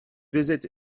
visit